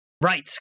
Right